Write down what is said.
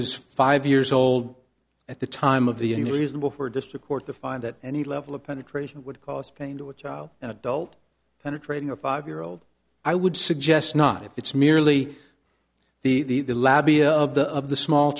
was five years old at the time of the unreasonable for district court to find that any level of penetration would cause pain to a child and adult penetrating a five year old i would suggest not if it's merely the loud b a of the of the small